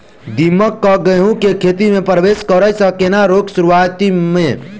दीमक केँ गेंहूँ केँ खेती मे परवेश करै सँ केना रोकि शुरुआत में?